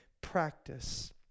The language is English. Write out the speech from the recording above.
practice